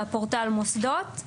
בפורטל מוסדות.